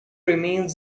remains